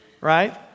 right